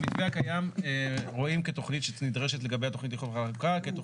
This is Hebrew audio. שבמתווה הקיים רואים כתכנית שנדרשת כתכנית